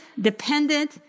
dependent